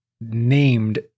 named